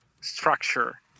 structure